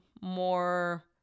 more